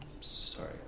sorry